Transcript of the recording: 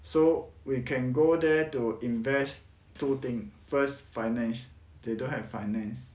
so we can go there to invest two thing first finance they don't have finance